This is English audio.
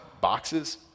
boxes